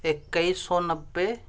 اکیس سو نوے